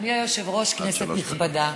אדוני היושב-ראש, כנסת נכבדה,